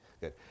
Good